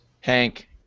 Hank